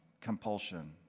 compulsion